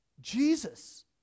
Jesus